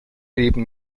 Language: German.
leben